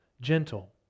gentle